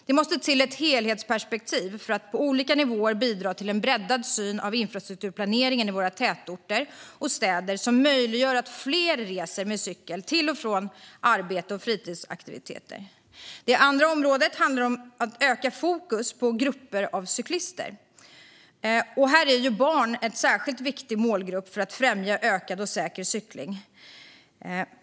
Det måste till ett helhetsperspektiv för att på olika nivåer bidra till en breddad syn på infrastrukturplaneringen i våra tätorter och städer och för att möjliggöra för fler att resa med cykel till och från arbete och fritidsaktiviteter. Det andra området handlar om ett ökat fokus på grupper av cyklister. Barn är en särskilt viktig målgrupp när det gäller att främja ökad och säker cykling.